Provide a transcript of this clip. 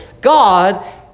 God